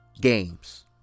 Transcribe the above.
games